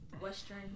Western